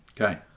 Okay